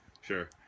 sure